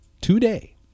today